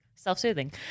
self-soothing